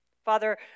Father